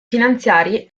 finanziari